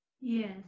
Yes